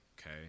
okay